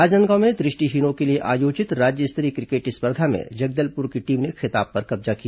राजनांदगांव में दृष्टिहीनों के लिए आयोजित राज्य स्तरीय क्रिकेट स्पर्धा में जगदलपुर की टीम ने खिताब पर कब्जा किया